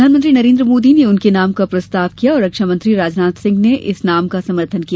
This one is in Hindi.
प्रधानमंत्री नरेन्द्र मोदी ने उनके नाम का प्रस्ताव किया और रक्षा मंत्री राजनाथ सिंह ने इस नाम समर्थन किया